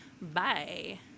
bye